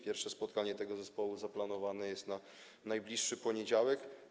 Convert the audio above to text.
Pierwsze spotkanie tego zespołu zaplanowane jest na najbliższy poniedziałek.